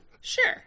sure